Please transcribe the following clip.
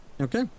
Okay